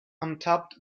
untaped